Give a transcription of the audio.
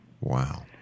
Wow